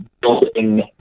building